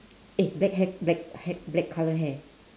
eh black hair black ha~ black colour hair